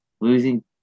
losing